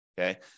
okay